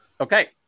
Okay